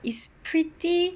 it's pretty